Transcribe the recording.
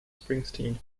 springsteen